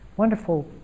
wonderful